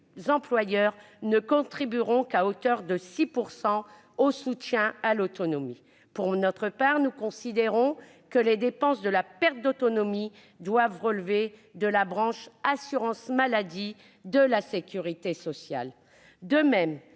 employeurs ne contribueront qu'à hauteur de 6 % au soutien à l'autonomie. Pour notre part, nous considérons que les dépenses liées à la perte d'autonomie doivent relever de la branche assurance maladie de la sécurité sociale. De même,